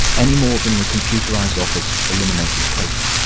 any more than the computerized office eliminated paper.